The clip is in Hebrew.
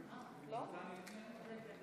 תודה רבה